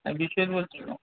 আমি বলছিলাম